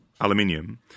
aluminium